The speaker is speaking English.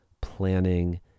planning